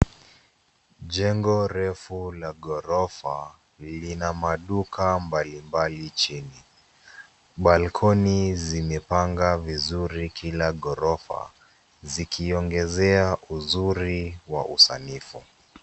Jengo refu la ghorofa lina maduka mbalimbali chini, balkoni zimepanga vizuri kila ghorofa zikiongezea uzuri wa usanifu.